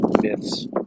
myths